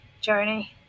journey